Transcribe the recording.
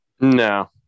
No